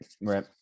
right